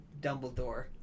Dumbledore